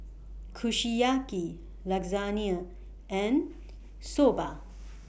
Kushiyaki Lasagne and Soba